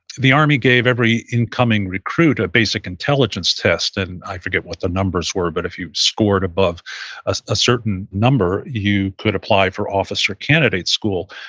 the army gave every incoming recruit a basic intelligence test, and i forget what the numbers were, but if you scored above ah a certain number, you could apply for officer candidate school.